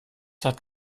hat